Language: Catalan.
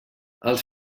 els